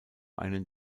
einen